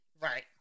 Right